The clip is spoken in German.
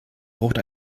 braucht